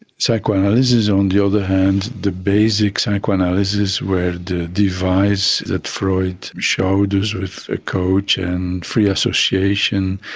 psychoanalysis on the other hand, the basic psychoanalysis where the device that freud showed us with a coach and free association,